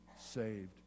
saved